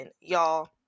y'all